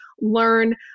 learn